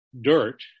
dirt